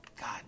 God